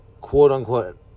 quote-unquote